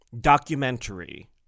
documentary